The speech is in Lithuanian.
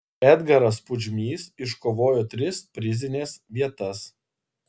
edgaras pudžmys iškovojo tris prizines vietas